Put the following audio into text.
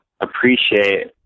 appreciate